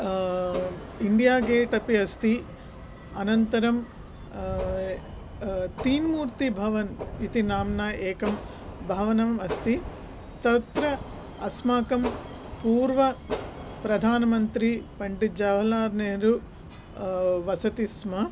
India gate अपि अस्ति अनन्तरं तीन्मूर्ति भवन् इति नाम्ना एकं भवनम् अस्ति तत्र अस्माकं पूर्व प्रधानमन्त्रि पण्डित् जव्हलार् नेह्रु वसति स्म